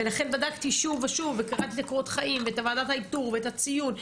לכן בדקתי שוב ושוב וקראתי את קורות החיים ואת ועדת האיתור ואת הציון.